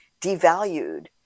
devalued